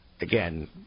Again